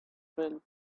drill